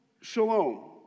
Shalom